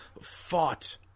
fought